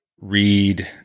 read